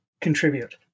contribute